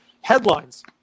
headlines